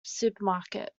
supermarket